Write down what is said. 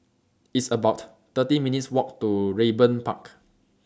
It's about thirteen minutes' Walk to Raeburn Park